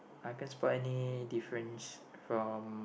I can't spot any difference from